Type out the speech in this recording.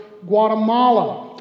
Guatemala